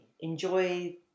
Enjoy